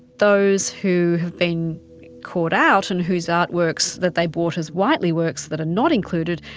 those who have been caught out and whose artworks that they bought as whiteley works that are not included,